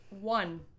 one